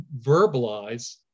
verbalize